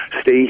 stay